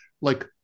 like-